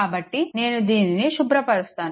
కాబట్టి నేను దీనిని శుభ్రపరుస్తాను